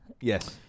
Yes